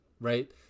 right